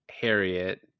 Harriet